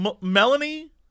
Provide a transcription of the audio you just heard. Melanie